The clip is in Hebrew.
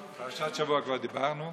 על פרשת השבוע כבר דיברנו.